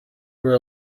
were